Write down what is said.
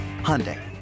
Hyundai